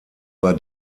war